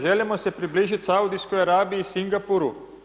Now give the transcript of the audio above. Želimo se približiti Saudijskoj Arabiji, Singapuru?